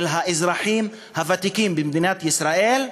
של האזרחים הוותיקים במדינת ישראל,